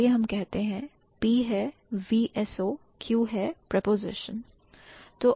चलिए हम कहते हैं P है VSO Q है preposition